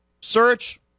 Search